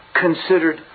considered